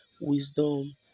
wisdom